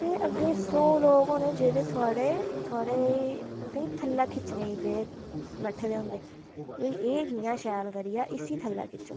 ते अग्गै़ सौ लोग होने जेहडे़ थुआढ़े तुसेंगी थल्लै खिच्चने गी बैठै दे होंदे भाई एह् कियां शैल करी गेआ इसी थल्लै खिच्चो